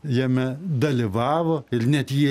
jame dalyvavo ir net jei